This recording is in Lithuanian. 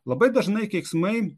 labai dažnai keiksmai